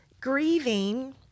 grieving